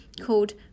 called